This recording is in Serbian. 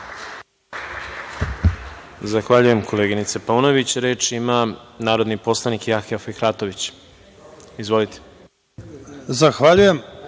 Zahvaljujem, koleginice Paunović. Reč ima narodni poslanik Jahja Fehratović. Izvolite. **Jahja